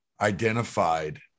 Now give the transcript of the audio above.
identified